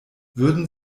würden